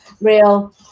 real